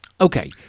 okay